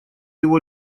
его